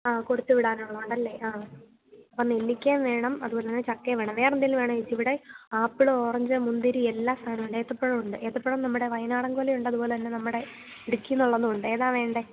ആ കൊടുത്ത് വിടാനുള്ള അതല്ലേ ആ അപ്പം നെല്ലിക്കയും വേണം അതുപോലെ തന്നെ ചക്കയും വേണം വേറെ എന്തേലും വേണോ ചേച്ചി ഇവിടെ ആപ്പിൾ ഓറഞ്ച് മുന്തിരി എല്ലാ സാധനവും ഉണ്ട് ഏത്തപ്പഴം ഉണ്ട് ഏത്തപ്പഴം നമ്മുടെ വയനാടന് കുല ഉണ്ട് അതുപോലെതന്നെ നമ്മുടെ ഇടുക്കിയിൽ ഉള്ളതും ഉണ്ട് ഏതാണ് വേണ്ടത്